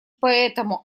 поэтому